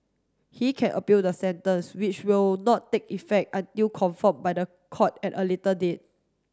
he can appeal the sentence which will not take effect until confirm by the court at a later date